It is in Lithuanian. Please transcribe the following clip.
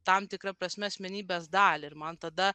tam tikra prasme asmenybės dalį ir man tada